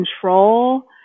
control